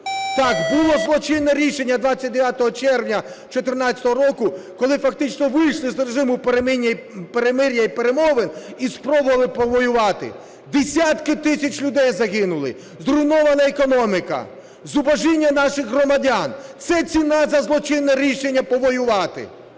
Так, було злочинне рішення 29 червня 14-го року, коли фактично вийшли з режиму перемир'я і перемовин і спробували повоювати. Десятки тисяч людей загинули, зруйнована економіка, зубожіння наших громадян – це ціна за злочинне рішення повоювати.